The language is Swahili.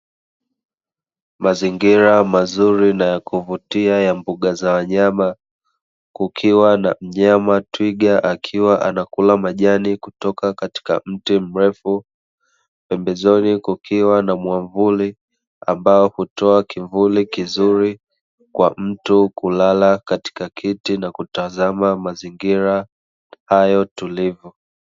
Mazingira mazuri na ya kuvutia mbuga za wanyama, kukiwa na mnyama twiga akiwa anakula majani kutoka katika mti mrefu. Pembezoni kukiwa na mwamvuli ambao hutoa kivuli kizuri kwa mtu kulala katika kiti na kutazama mazingira hayo tulivu.